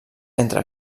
entre